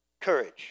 Courage